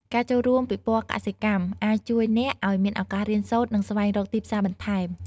ការចូលរួមពិព័រណ៍កសិកម្មអាចជួយអ្នកឲ្យមានឱកាសរៀនសូត្រនិងស្វែងរកទីផ្សារបន្ថែម។